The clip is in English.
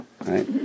right